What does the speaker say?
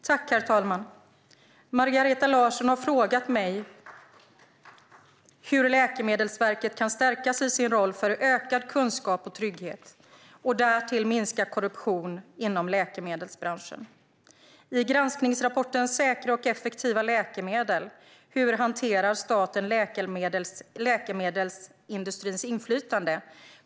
Herr talman! Margareta Larsson har frågat mig hur Läkemedelsverket kan stärkas i sin roll för ökad kunskap och trygghet och därtill minska korruption inom läkemedelsbranschen. I granskningsrapporten Säkra och effektiva läkemedel - hur hanterar staten läkemedelsindustrins inflytande?